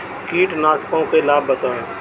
कीटनाशकों के लाभ बताएँ?